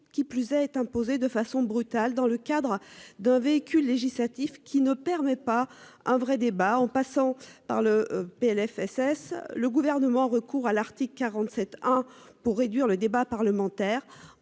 qui plus est imposé de façon brutale dans le cadre d'un véhicule législatif qui ne permet pas un vrai débat en passant par le PLFSS. Le gouvernement recours à l'article 47 ans pour réduire le débat parlementaire.